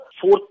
fourth